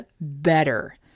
better